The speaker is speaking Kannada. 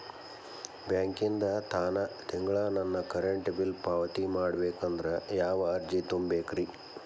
ಬ್ಯಾಂಕಿಂದ ತಾನ ತಿಂಗಳಾ ನನ್ನ ಕರೆಂಟ್ ಬಿಲ್ ಪಾವತಿ ಆಗ್ಬೇಕಂದ್ರ ಯಾವ ಅರ್ಜಿ ತುಂಬೇಕ್ರಿ?